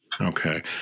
Okay